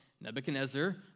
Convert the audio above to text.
Nebuchadnezzar